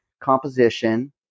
composition